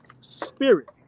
spirit